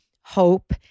hope